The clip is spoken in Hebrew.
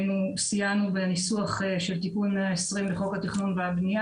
אנחנו סייענו בניסוח תיקון 120 לחוק התכנון והבנייה